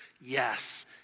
yes